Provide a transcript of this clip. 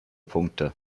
punkte